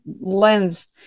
lens